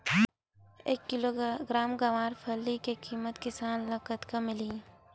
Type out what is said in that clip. एक किलोग्राम गवारफली के किमत किसान ल कतका मिलही?